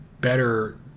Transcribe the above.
better